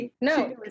no